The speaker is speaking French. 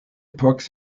époque